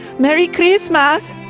merry christmas